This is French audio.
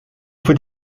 faut